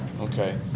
Okay